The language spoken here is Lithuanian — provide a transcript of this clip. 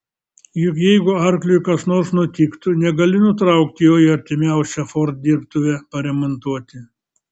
juk jeigu arkliui kas nors nutiktų negali nutraukti jo į artimiausią ford dirbtuvę paremontuoti